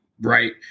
right